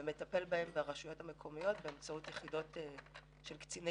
כשהוא מטפל בהם באמצעות היחידות של קציני